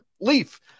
Leaf